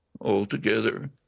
altogether